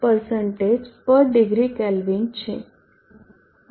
045 પર degree Kelvin છે